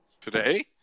Today